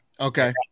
Okay